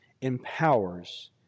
empowers